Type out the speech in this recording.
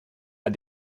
pas